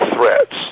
threats